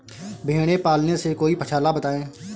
भेड़े पालने से कोई पक्षाला बताएं?